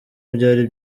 byari